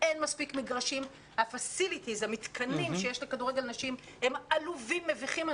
אין מספיק מגרשים והמתקנים שיש לכדורגל נשים הם עלובים ומביכים.